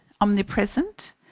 omnipresent